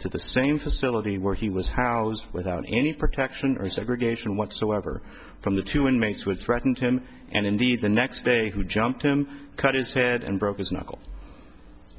to this same facility where he was housed without any protection resegregation whatsoever from the two inmates which threatened him and indeed the next day who jumped him cut his head and broke his knuckles